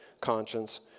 conscience